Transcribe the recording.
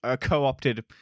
co-opted